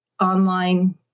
online